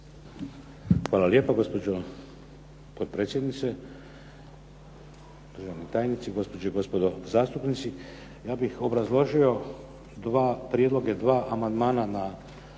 Hvala lijepo gospođo potpredsjednice, državni tajnici, gospođe i gospodo zastupnici. Ja bih obrazložio prijedloge 2 amandmana na